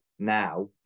Now